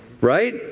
Right